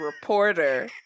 reporter